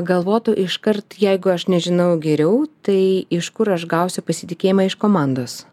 galvotų iškart jeigu aš nežinau geriau tai iš kur aš gausiu pasitikėjimą iš komandos